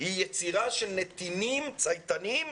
היא יצירה של נתינים צייתנים,